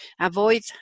avoid